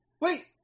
Wait